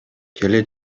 келе